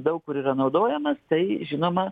daug kur yra naudojamas tai žinoma